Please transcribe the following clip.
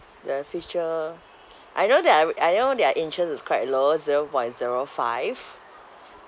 the feature I know that uh I know their interest is quite low zero point zero five